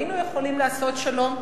היינו יכולים לעשות שלום.